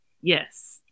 yes